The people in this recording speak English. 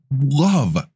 love